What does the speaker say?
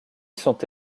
sont